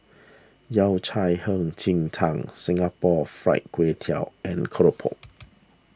Yao Cai Hei Ji Tang Singapore Fried Kway Tiao and Keropok